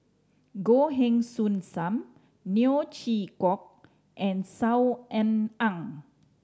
Goh Heng Soon Sam Neo Chwee Kok and Saw Ean Ang